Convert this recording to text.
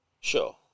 Sure